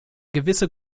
gewisse